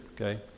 Okay